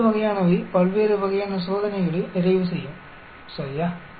அந்த வகையானவை பல்வேறு வகையான சோதனைகளை நிறைவு செய்யும் சரியா